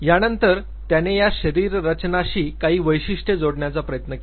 यानंतर त्याने या शरीर रचनाशी काही वैशिष्ट्ये जोडण्याचा प्रयत्न केला